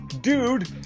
Dude